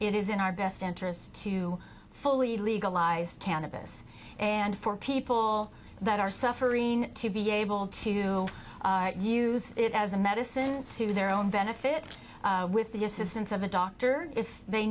it is in our best interests to fully legalized cannabis and for people that are suffering to be able to use it as a medicine to their own benefit with the assistance of a doctor if they